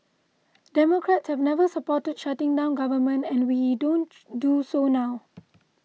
democrats have never supported shutting down government and we don't do so now